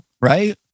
right